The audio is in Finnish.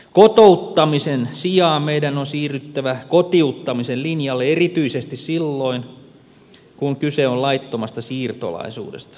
kotouttamisen sijaan meidän on siirryttävä kotiuttamisen linjalle erityisesti silloin kun kyse on laittomasta siirtolaisuudesta